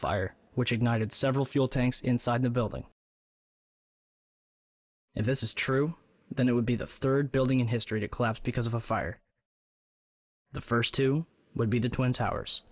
fire which ignited several fuel tanks inside the building and this is true then it would be the third building in history to collapse because of a fire the first two would be the twin towers